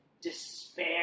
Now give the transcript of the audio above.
despair